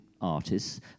artists